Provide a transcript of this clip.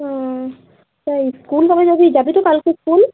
ও তা স্কুল কবে যাবি যাবি তো কালকে স্কুল